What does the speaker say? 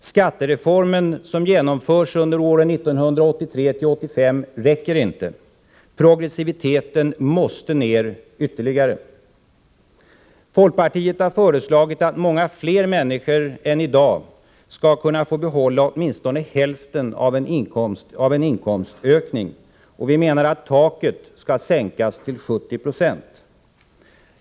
Skattereformen, som genomförs under åren 1983-1985, räcker inte. Progressiviteten måste ner ytterligare. Folkpartiet har föreslagit att många fler människor än i dag skall kunna få behålla åtminstone hälften av en inkomstökning. Vi menar att taket skall sänkas till 70 96.